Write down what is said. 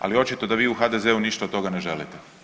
Ali očito da vi u HDZ-u ništa od toga ne želite.